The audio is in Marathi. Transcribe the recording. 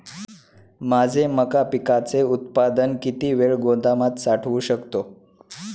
माझे मका पिकाचे उत्पादन किती वेळ गोदामात साठवू शकतो?